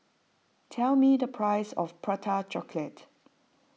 tell me the price of Prata Chocolate